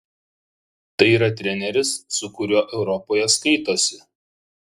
tai yra treneris su kuriuo europoje skaitosi